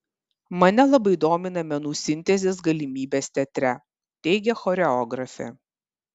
mane labai domina menų sintezės galimybės teatre teigia choreografė